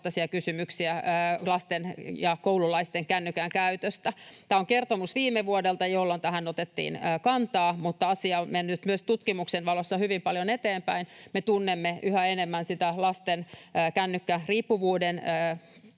lasten ja koululaisten kännykänkäytöstä. Tämä kertomus on viime vuodelta, jolloin tähän otettiin kantaa, mutta asia on mennyt myös tutkimuksien valossa hyvin paljon eteenpäin. Me tunnemme yhä enemmän niiden tuloksia lasten kännykkäriippuvuuden